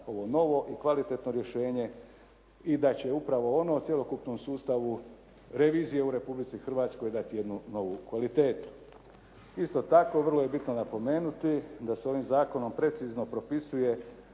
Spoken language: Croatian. ovo novo i kvalitetno rješenje i da će upravo ono u cjelokupnom sustavu revizije u Republici Hrvatskoj dati jednu novu kvalitetu. Isto tako vrlo je bitno napomenuti da se ovim zakonom precizno propisuje